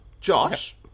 Josh